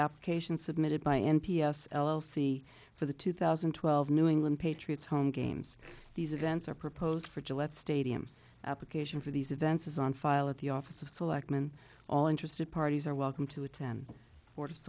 application submitted by m p s l l c for the two thousand and twelve new england patriots home games these events are proposed for gillette stadium application for these events is on file at the office of selectmen all interested parties are welcome to attend